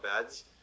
beds